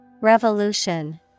Revolution